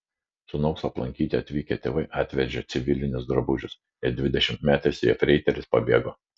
sūnaus aplankyti atvykę tėvai atvežė civilinius drabužius ir dvidešimtmetis jefreiteris pabėgo